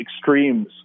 extremes